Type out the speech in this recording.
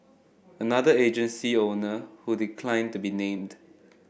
another agency owner who declined to be named